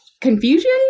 confusion